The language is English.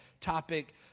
topic